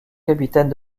capitaine